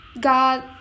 God